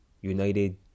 United